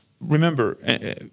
remember